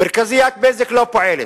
מרכזיית "בזק" לא פועלת,